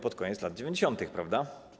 Pod koniec lat 90., prawda?